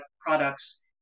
products